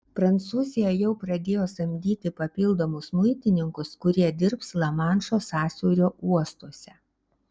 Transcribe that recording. prancūzija jau pradėjo samdyti papildomus muitininkus kurie dirbs lamanšo sąsiaurio uostuose